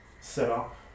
setup